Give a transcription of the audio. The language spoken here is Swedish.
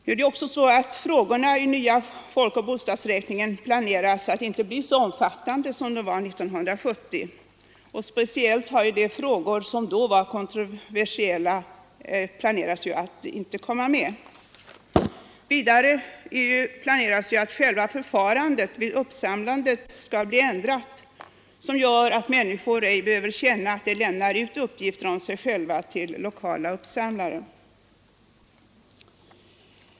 Frågorna planeras att inte bli så omfattande i den nya folkoch bostadsräkningen som de var 1970. Speciellt avser man att ta bort de frågor som då var kontroversiella. Vidare kommer själva förfarandet vid uppsamlandet att bli ändrat, så att människor ej behöver känna att de lämnar ut uppgifter om sig själva till lokala uppsamlare.